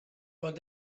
poc